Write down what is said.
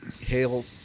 hail